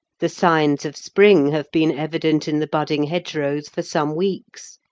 the signs of spring have been evident in the budding hedgerows for some weeks.